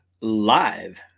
live